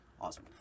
awesome